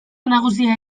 nagusia